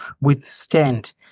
withstand